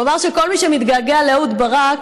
הוא אמר שכל מי שמתגעגע לאהוד ברק,